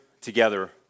together